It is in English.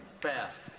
fast